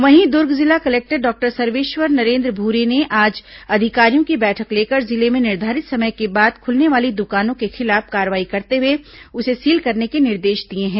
वहीं दुर्ग जिला collector doctor Sarveshwar Narendra Bhure ने आज अधिकारियों की बैठक लेकर जिले में निर्धारित समय के बाद खुलने वाली दुकानों के खिलाफ कार्रवाई करते हुए उसे सील करने के निर्देश दिए हैं